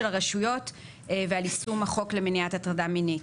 הרשויות ועל יישום החוק למניעת הטרדה מינית,